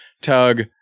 Tug